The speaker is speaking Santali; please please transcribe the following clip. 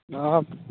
ᱚ